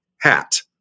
hat